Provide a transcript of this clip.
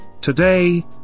Today